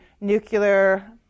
nuclear